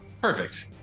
Perfect